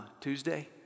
Tuesday